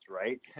right